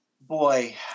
Boy